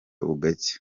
bugacya